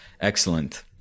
excellent